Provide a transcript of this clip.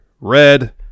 red